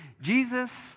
Jesus